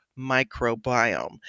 microbiome